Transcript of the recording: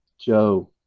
Joe